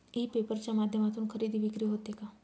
E paper च्या माध्यमातून खरेदी विक्री होते का?